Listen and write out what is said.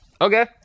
Okay